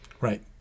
Right